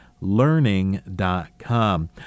learning.com